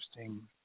interesting